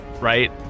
Right